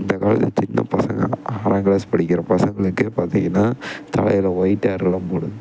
இந்த காலத்து சின்ன பசங்க ஆறாங்கிளாஸ் படிக்கிற பசங்களுக்கே பார்த்திங்கன்னா தலையில் ஒயிட் ஹேர்லாம் போடுது